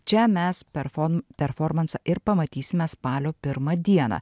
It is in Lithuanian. čia mes perfon performansą ir pamatysime spalio pirmą dieną